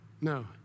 no